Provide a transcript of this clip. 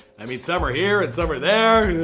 i mean some are here and some are there.